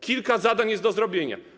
Kilka zadań jest do zrobienia.